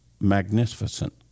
magnificent